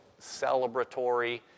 celebratory